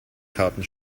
karten